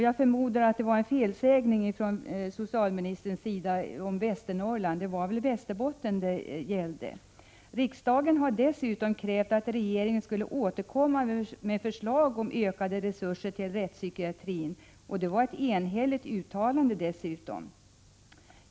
Jag förmodar att det var en felsägning från socialministerns sida när hon sade Västernorrland. Det var väl Västerbotten det gällde? Riksdagen har krävt att regeringen skall återkomma med förslag om ökade resurser till rättspsykiatrin. Det var dessutom ett enhälligt uttalande.